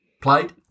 played